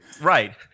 right